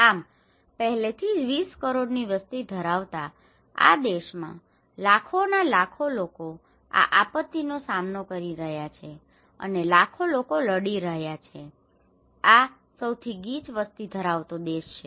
આમ પહેલેથી જ 20 કરોડની વસ્તી ધરાવતા આ દેશમાં લાખોના લાખો લોકો આ આપત્તિનો સામનો કરી રહ્યા છે અને લાખો લોકો લડી રહ્યા છે આ સૌથી ગીચ વસ્તી ધરાવતો દેશ છે